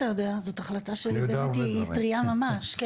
כן.